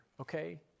okay